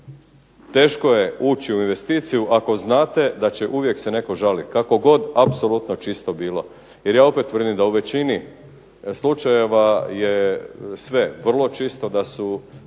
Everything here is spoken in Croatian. teško je ući u investiciju ako znate da će uvijek se netko žalit kako god apsolutno čisto bilo. Jer ja opet tvrdim da u većini slučajeva je sve vrlo čisto, da je